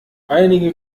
einige